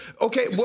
okay